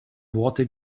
worte